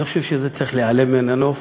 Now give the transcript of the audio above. אני חושב שזה צריך להיעלם מהנוף,